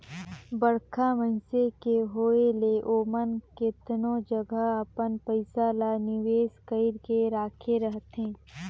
बड़खा मइनसे के होए ले ओमन केतनो जगहा अपन पइसा ल निवेस कइर के राखे रहथें